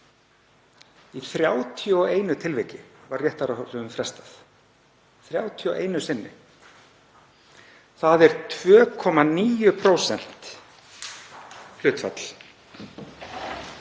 Í 31 tilviki var réttaráhrifum frestað — 31 sinni. Það er 2,9% hlutfall.